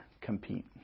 compete